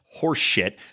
horseshit